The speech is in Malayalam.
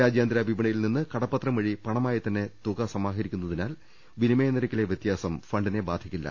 രാജ്യാന്തര വിപ ണിയിൽനിന്ന് കടപ്പത്രം വഴി പണമായിത്തന്നെ തുക സമാഹരിക്കുന്നതി നാൽ വിനിമയ നിരക്കിലെ വ്യത്യാസം ഫണ്ടിനെ ബാധിക്കില്ല